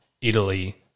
Italy